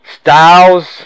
Styles